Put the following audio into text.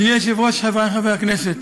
אדוני היושב-ראש, חברי חברי הכנסת,